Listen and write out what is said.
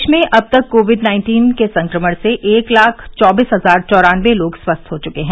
देश में अब तक कोविड नाइन्टीन के संक्रमण से एक लाख चौबीस हजार चौरानबे लोग स्वस्थ हो चुके हैं